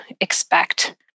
expect